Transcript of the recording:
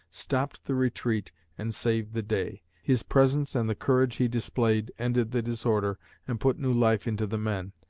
stopped the retreat and saved the day. his presence and the courage he displayed ended the disorder and put new life into the men.